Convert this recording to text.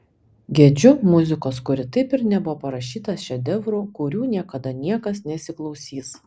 gedžiu muzikos kuri taip ir nebuvo parašyta šedevrų kurių niekada niekas nesiklausys